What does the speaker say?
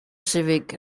civic